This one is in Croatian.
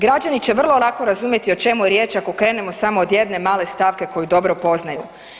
Građani će vrlo lako razumjeti o čemu je riječ ako krenemo samo od jedne male stavke koju dobro poznaju.